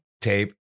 tape